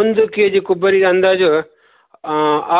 ಒಂದು K G ಕೊಬ್ಬರಿಗೆ ಅಂದಾಜು